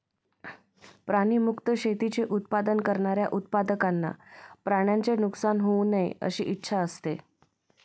प्राणी मुक्त शेतीचे उत्पादन करणाऱ्या उत्पादकांना प्राण्यांचे नुकसान होऊ नये अशी इच्छा असते